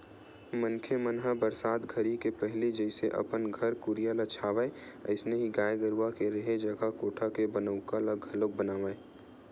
मनखे मन ह बरसात घरी के पहिली जइसे अपन घर कुरिया ल छावय अइसने ही गाय गरूवा के रेहे जघा कोठा के बनउका ल घलोक बनावय